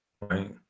Right